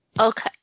Okay